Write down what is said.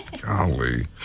Golly